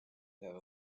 have